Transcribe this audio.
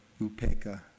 upeka